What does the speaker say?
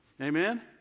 amen